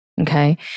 okay